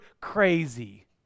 crazy